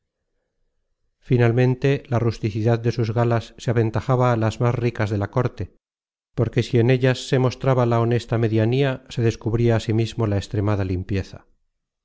finalmente la rusticidad de sus galas se aventajaba á las más ricas de la corte porque si en ellas se mostraba la honesta medianía se descubria asimismo la extremada limpieza